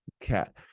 cat